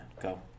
go